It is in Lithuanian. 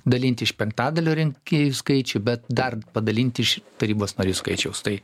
dalinti iš penktadalio rinkėjų skaičių bet dar padalinti iš tarybos narių skaičiaus tai